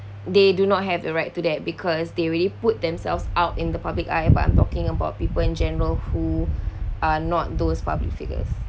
they do not have a right to that because they really put themselves out in the public eye but I'm talking about people in general who are not those public figures